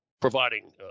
providing